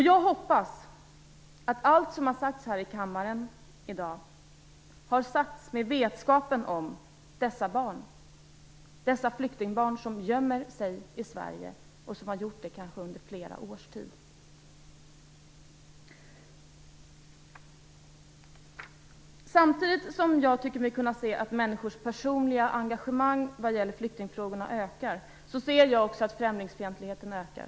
Jag hoppas att allt som sagts här i kammaren i dag har sagts med vetskapen om dessa flyktingbarn som gömmer sig i Sverige och som kanske gjort det i flera år. Samtidigt som jag tycker mig kunna se att människors personliga engagemang i flyktingfrågor ökar ser jag att främlingsfientligheten ökar.